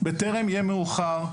בטרם יהיה מאוחר,